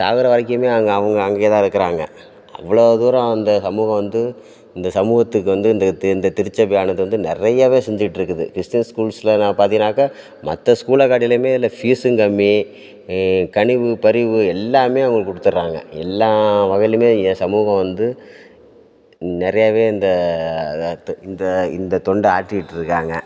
சாகிற வரைக்குமே அவங்க அவங்க அங்கே தான் இருக்கிறாங்க அவ்வளோ தூரம் அந்த சமூகம் வந்து இந்த சமூகத்துக்கு வந்து இந்த தெ இந்த திருச்சபையானது வந்து நிறையவே செஞ்சுட்ருக்குது கிறிஸ்டின் ஸ்கூல்ஸில் ந பார்த்தீங்கனாக்க மற்ற ஸ்கூலை காட்டிலையுமே இதில் ஃபீஸும் கம்மி கனிவு பரிவு எல்லாமே அவங்களுக்கு கொடுத்துட்றாங்க எல்லா வகையிலியுமே என் சமூகம் வந்து நிறையாவே இந்த அத து இந்த இந்த தொண்டை ஆற்றிகிட்டிருக்காங்க